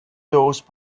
those